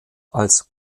als